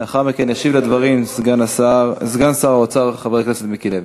לאחר מכן ישיב על הדברים סגן שר האוצר חבר הכנסת מיקי לוי.